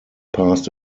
passed